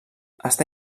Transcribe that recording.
està